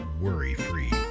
worry-free